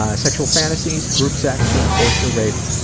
ah sexual fantasies? group sex, being forced or raped?